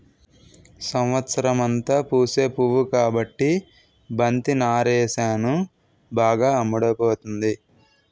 సంవత్సరమంతా పూసే పువ్వు కాబట్టి బంతి నారేసాను బాగా అమ్ముడుపోతుంది